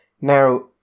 Now